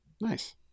Nice